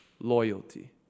Loyalty